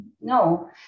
no